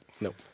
Nope